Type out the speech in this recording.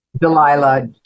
Delilah